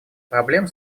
проблем